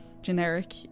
generic